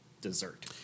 dessert